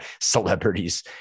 celebrities